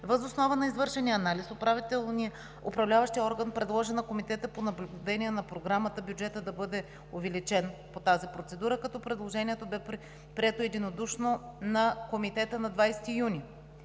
Въз основа на извършения анализ Управляващият орган предложи на Комитета по наблюдение на Програмата да бъде увеличен бюджетът по тази процедура, като предложението бе прието единодушно от Комитета на 20 юни.